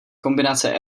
kombinace